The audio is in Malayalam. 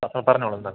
അപ്പ പറഞ്ഞോളൂ എന്താണ്